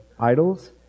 Idols